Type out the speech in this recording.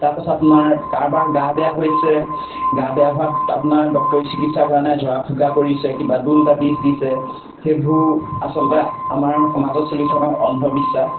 তাৰপাছত আপোনাৰ কাৰোবাৰ গা বেয়া হৈছে গা বেয়া হোৱাত আপোনাৰ ডক্টৰী চিকিৎসা কৰা নাই জৰা ফুকা কৰিছে কিবা দোল তাবিজ দিছে সেইবোৰ আচলতে আমাৰ সমাজত চলি থকা অন্ধবিশ্বাস